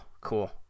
cool